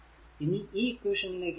ഇനി ഈ ഇക്വേഷനിലേക്കു പോയാൽ